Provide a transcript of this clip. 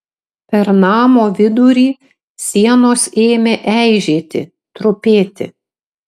per namo vidurį sienos ėmė eižėti trupėti